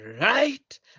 right